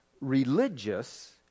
religious